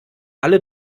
alle